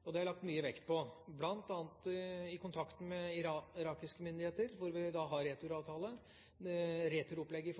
Det har vi lagt mye vekt på, bl.a. i kontakten med irakiske myndigheter, hvor vi har returavtale. Returopplegget til Afghanistan er drøftet både her i